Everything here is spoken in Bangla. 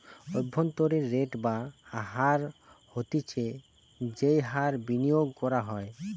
অভ্যন্তরীন রেট বা হার হতিছে যেই হার বিনিয়োগ করা হয়